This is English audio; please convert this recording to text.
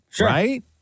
right